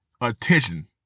attention